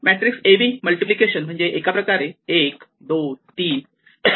matrix AB multiplication म्हणजे एका प्रकारे 1 2 3